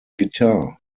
guitar